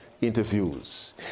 interviews